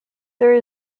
there